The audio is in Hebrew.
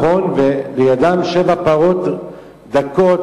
ולידן שבע פרות דקות,